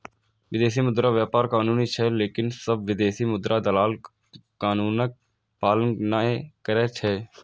विदेशी मुद्रा व्यापार कानूनी छै, लेकिन सब विदेशी मुद्रा दलाल कानूनक पालन नै करै छै